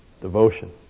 devotion